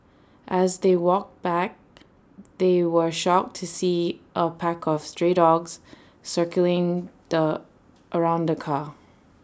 as they walked back they were shocked to see A pack of stray dogs circling the around car